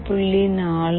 40